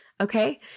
Okay